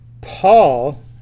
Paul